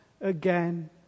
again